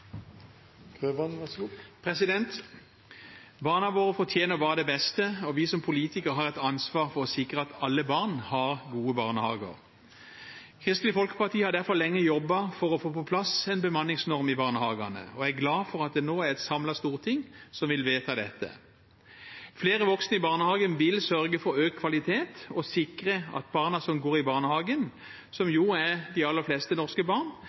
Barna våre fortjener bare det beste, og vi som politikere har et ansvar for å sikre at alle barn har gode barnehager. Kristelig Folkeparti har derfor lenge jobbet for å få på plass en bemanningsnorm i barnehagene, og jeg er glad for at det nå er et samlet storting som vil vedta dette. Flere voksne i barnehagen vil sørge for økt kvalitet og sikre at barna som går i barnehagen, som jo er de aller fleste norske barn,